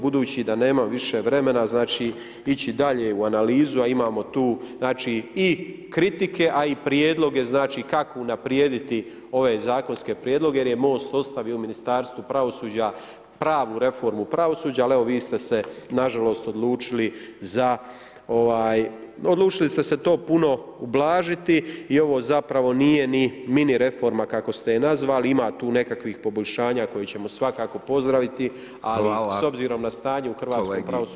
Budući da nemam više vremena znači ići dalje u analizu, a imamo tu znači i kritike a i prijedloge znači kako unaprijediti ove zakonske prijedloge jer je Most ostavio u Ministarstvu pravosuđa pravnu reformu pravosuđa, ali evo, vi ste se nažalost odlučili za, odlučili ste se to puno ublažiti i ovo zapravo nije ni mini reforma, kako ste ju nazvali, ima tu nekakvih pokušaja, koju ćemo svakako pozdraviti, ali s obzirom na stanje u hrvatskom pravosuđu ovo nije dovoljno.